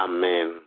Amen